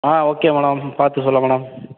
ஆ okay madam பார்த்து சொல்லுங்க madam